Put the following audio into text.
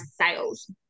sales